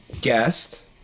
guest